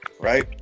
Right